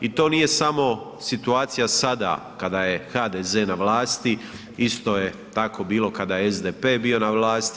I to nije samo situacija sada kada je HDZ na vlasti, isto je tako bilo kada je SDP bio na vlasti.